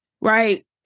right